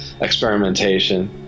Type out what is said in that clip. experimentation